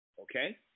Okay